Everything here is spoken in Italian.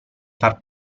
far